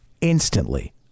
instantly